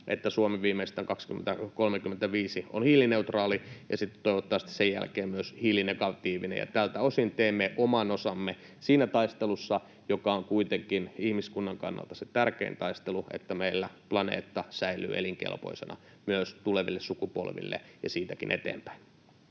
että Suomi viimeistään 2035 on hiilineutraali ja sitten toivottavasti sen jälkeen myös hiilinegatiivinen. Tältä osin teemme oman osamme siinä taistelussa, joka on kuitenkin ihmiskunnan kannalta se tärkein taistelu, että meillä planeetta säilyy elinkelpoisena myös tuleville sukupolville ja siitäkin eteenpäin.